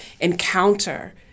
encounter